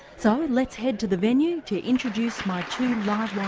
so let's head to the venue to introduce my two live-wire